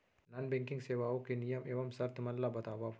non banking सेवाओं के नियम एवं शर्त मन ला बतावव